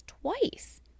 twice